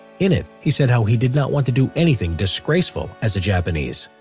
in it, he said how he did not want to do anything disgraceful as a japanese,